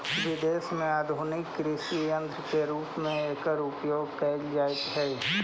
विदेश में आधुनिक कृषि सन्यन्त्र के रूप में एकर उपयोग कैल जाइत हई